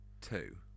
Two